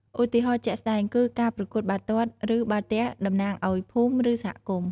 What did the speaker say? ឧទាហរណ៍ជាក់ស្តែងគឺ ការប្រកួតបាល់ទាត់ ឬបាល់ទះតំណាងឲ្យភូមិ ឬសហគមន៍។